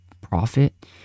profit